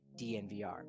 dnvr